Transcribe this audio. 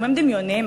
סכומים דמיוניים,